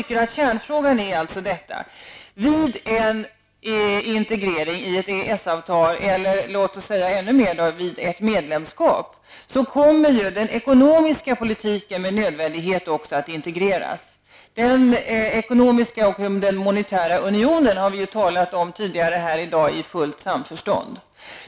Kärnfrågan är alltså: Vid en integrering med ett EES-avtal, eller ännu mer vid ett medlemskap, kommer den ekonomiska politiken också med nödvändighet att integreras. Vi har tidigare här i dag i fullt samförstånd talat om den ekonomiska och monitära unionen.